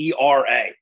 ERA